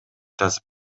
жазып